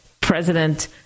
President